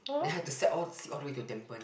then had to sat all all the way to Tampi~